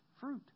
fruit